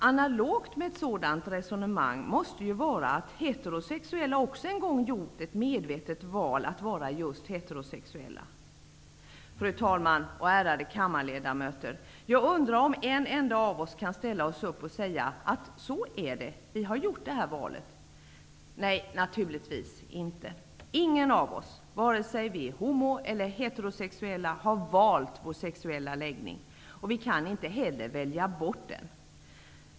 Analogt med ett sådant resonemang måste ju vara att heterosexuella också en gång gjort ett medvetet val att vara just heterosexuella. Fru talman och ärade kammarledamöter! Jag undrar om en enda av oss kan ställa oss upp och säga att det är på det sättet, att vi har gjort detta val. Nej, naturligtvis inte. Ingen av oss, vare sig vi är homo eller heterosexuella, har valt vår sexuella läggning, och vi kan inte heller välja bort den.